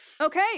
Okay